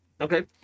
okay